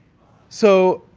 so,